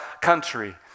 country